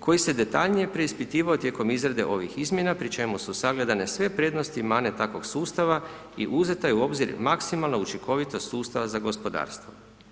koji se detaljnije preispitivao tijekom izrade ovih izmjena pri čemu su sagledane sve prednosti i mane takvog sustava i uzeta je u obzir maksimalna učinkovitost sustava za gospodarstvo.